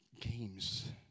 games